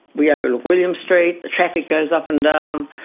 we overlook william street, the traffic goes up and down,